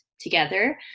together